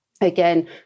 again